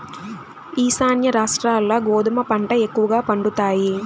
ఈశాన్య రాష్ట్రాల్ల గోధుమ పంట ఎక్కువగా పండుతాయి